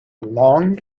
long